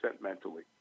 mentally